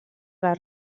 les